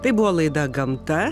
tai buvo laida gamta